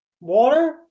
water